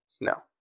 No